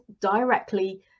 directly